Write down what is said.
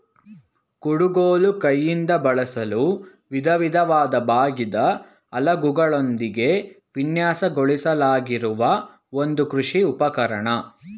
ಕುಡುಗೋಲು ಕೈಯಿಂದ ಬಳಸಲು ವಿಧವಿಧವಾದ ಬಾಗಿದ ಅಲಗುಗಳೊಂದಿಗೆ ವಿನ್ಯಾಸಗೊಳಿಸಲಾಗಿರುವ ಒಂದು ಕೃಷಿ ಉಪಕರಣ